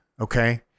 Okay